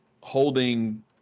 holding